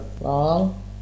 wrong